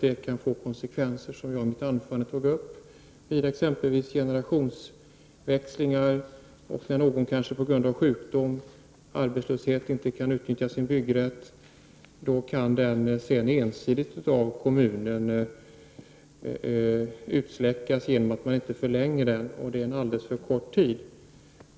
Detta kan få konsekvenser, vilket jag tog upp i mitt tidigare inlägg, vid bl.a. generationsväxlingar då någon på grund av t.ex. sjukdom eller arbetslöshet inte kan utnyttja sin byggrätt. Då kan denna byggrätt av kommunen ensidigt utsläckas genom att genomförandetiden inte förlängs. Vi anser alltså att denna tid är alldeles för kort.